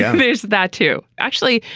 is that too? actually,